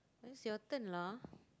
it's your turn lah